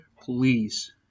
please